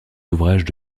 ouvrages